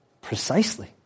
precisely